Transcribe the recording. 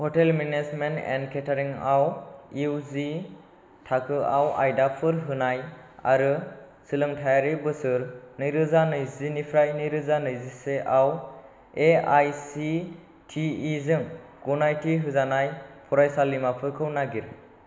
hotel management and catering आव इउजि थाखोआव आयदाफोर होनाय आरो सोलोंथायारि बोसोर नैरोजा नैजिनिफ्राय नैरोजा नैजिसेयाव A I C T E जों गनायथि होजानाय फरायसालिमाफोरखौ नागिर